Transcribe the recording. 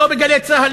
לא בגלי צה"ל,